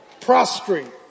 prostrate